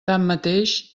tanmateix